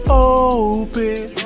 open